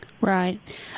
Right